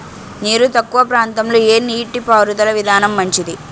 నీరు తక్కువ ప్రాంతంలో ఏ నీటిపారుదల విధానం మంచిది?